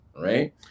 Right